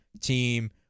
team